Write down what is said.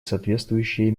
соответствующие